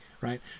Right